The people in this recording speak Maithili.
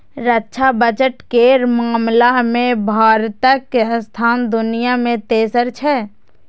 रक्षा बजट केर मामला मे भारतक स्थान दुनिया मे तेसर छै